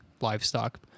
livestock